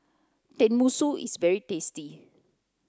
Tenmusu is very tasty